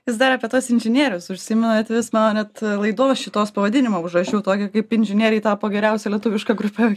vis dar apie tas inžinierius užsimenat bet vis mano net laidos šitos pavadinimą užrašiau tokią kaip inžinieriai tapo geriausia lietuviška grupe